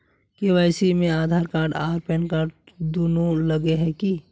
KYC में Aadhaar card आर PAN card दुनू लगे है की?